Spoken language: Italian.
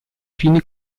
fine